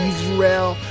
Israel